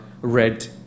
red